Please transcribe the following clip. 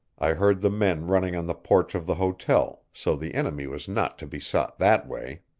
i heard the men running on the porch of the hotel, so the enemy was not to be sought that way.